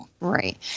Right